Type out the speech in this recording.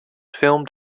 filmed